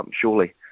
surely